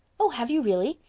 oh, have you really?